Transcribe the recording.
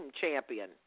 champion